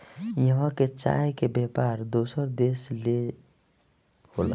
इहवां के चाय के व्यापार दोसर देश ले होला